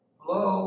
Hello